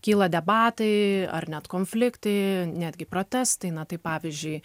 kyla debatai ar net konfliktai netgi protestai na tai pavyzdžiui